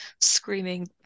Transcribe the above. screaming